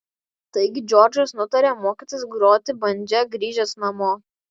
taigi džordžas nutarė mokytis groti bandža grįžęs namo